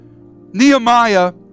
Nehemiah